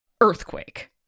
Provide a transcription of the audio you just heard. earthquake